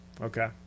Okay